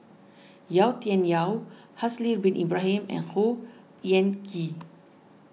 Yau Tian Yau Haslir Bin Ibrahim and Khor Ean Ghee